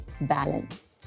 balance